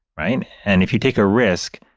right? and if you take a risk,